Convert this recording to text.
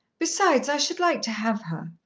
besides, i should like to have her.